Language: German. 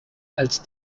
als